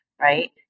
right